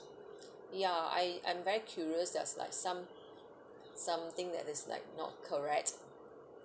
ya I I'm very curious there's like some something that is like not correct